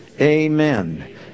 amen